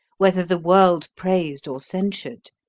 whether the world praised or censured.